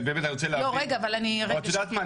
או שאת יודעת מה,